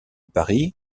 paris